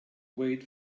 wait